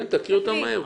כן, תקריאי אותם מהר.